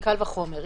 מקל וחומר,